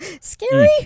Scary